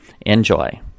enjoy